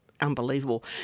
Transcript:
Unbelievable